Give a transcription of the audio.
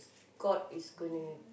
god is gonna